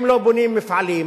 אם לא בונים מפעלים,